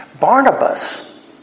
Barnabas